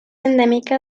endèmica